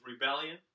rebellion